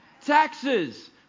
Taxes